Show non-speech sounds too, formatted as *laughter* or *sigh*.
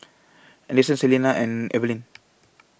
Anderson Celena and Evelin *noise*